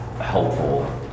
helpful